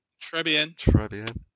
Trebian